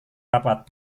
rapat